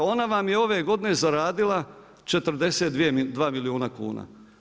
Ona vam je ove godine zaradila 42 milijuna kuna.